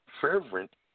fervent